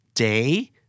Day